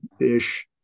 ish